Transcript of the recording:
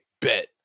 bet